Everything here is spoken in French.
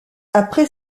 après